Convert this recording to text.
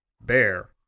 Bear